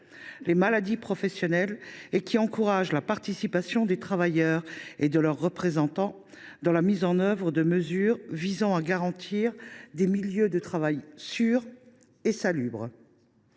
les maladies professionnelles et qui encourage la participation des travailleurs et de leurs représentants à la mise en œuvre de mesures visant à garantir des milieux de travail sûrs et salubres.